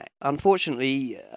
Unfortunately